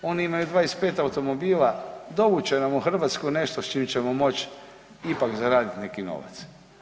Oni imaju 25 automobila, dovući će nam u Hrvatsku nešto s čime ćemo moći ipak zaraditi neki novac.